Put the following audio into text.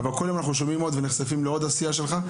אבל כל יום אנחנו שומעים עוד ונחשפים עוד עשייה שלך,